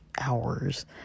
hours